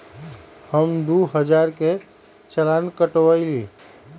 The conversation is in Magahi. हम दु हजार के चालान कटवयली